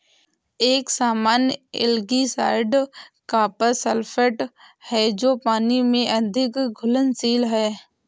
एक सामान्य algicide copper sulphate है जो पानी में अत्यधिक घुलनशील है